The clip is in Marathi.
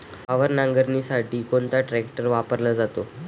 वावर नांगरणीसाठी कोणता ट्रॅक्टर वापरला जातो?